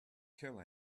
kill